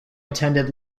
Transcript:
attended